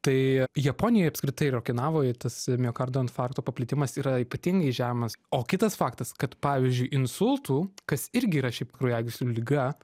tai japonijoj apskritai ir okinavoj tas miokardo infarkto paplitimas yra ypatingai žemas o kitas faktas kad pavyzdžiui insultų kas irgi yra šiaip kraujagyslių liga